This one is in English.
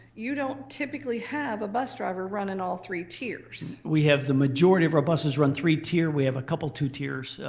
you don't typically have a bus driver running and all three tiers. we have the majority of our buses run three tier, we have a couple two tiers.